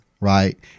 Right